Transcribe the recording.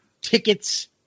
tickets